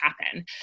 happen